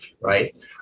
right